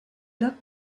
looked